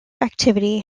activity